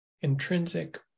intrinsic